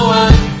one